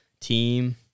team